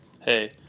hey